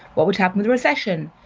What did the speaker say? what would happen with a recession.